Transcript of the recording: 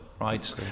right